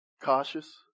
Cautious